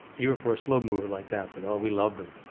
even for a slow mover like that but oh we love them